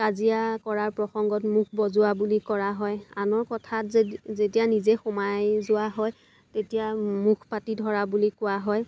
কাজিয়া কৰাৰ প্ৰসংগত মুখ বজোৱা বুলি কৰা হয় আনৰ কথাত যদি যেতিয়া নিজে সোমায় যোৱা হয় তেতিয়া মুখ পাতি ধৰা বুলি কোৱা হয়